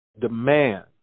demand